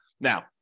Now